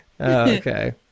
Okay